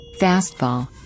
Fastball